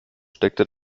steckte